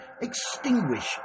extinguish